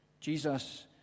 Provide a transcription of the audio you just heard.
Jesus